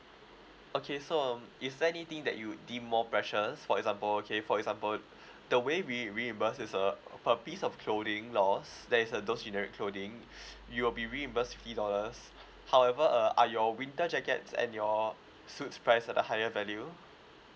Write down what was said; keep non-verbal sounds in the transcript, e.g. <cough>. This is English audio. okay so um is there anything that you would deem more precious for example okay for example <breath> the way we reimburse is uh per piece of clothing lost there is uh those generic clothing <breath> you will be reimbursed fifty dollars however uh are your winter jackets and your suits priced at a higher value